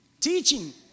Teaching